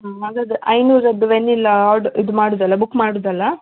ಐನೂರದ್ದು vanilla order ಇದು ಮಾಡುವುದಲ್ಲ book ಮಾಡುವುದಲ್ಲ